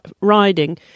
riding